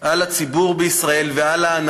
והם